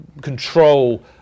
control